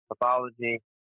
pathology